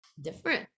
different